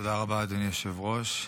תודה רבה, אדוני היושב-ראש.